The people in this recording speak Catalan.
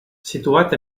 situat